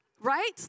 Right